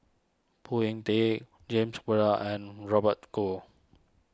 Phoon Yew Tien James and Robert Goh